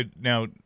now